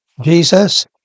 Jesus